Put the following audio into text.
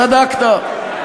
צדקת.